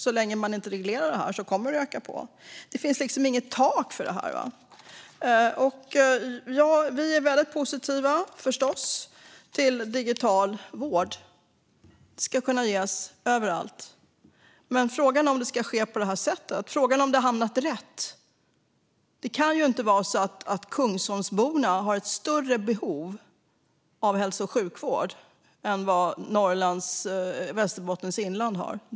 Så länge man inte reglerar det här kommer det att öka. Det finns liksom inget tak. Vi är förstås väldigt positiva till digital vård. Det ska kunna ges överallt, men frågan är om det ska ske på det här sättet. Frågan är om det har hamnat rätt. Det kan ju inte vara så att de som bor på Kungsholmen har ett större behov av hälso och sjukvård än de som bor i Västerbottens inland.